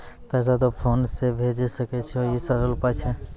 पैसा तोय PhonePe से भैजै सकै छौ? ई सरल उपाय छै?